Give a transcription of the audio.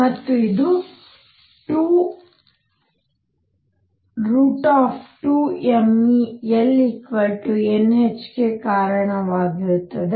ಮತ್ತು ಇದು 22mE Lnh ಗೆ ಕಾರಣವಾಗುತ್ತದೆ